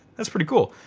that's pretty cool.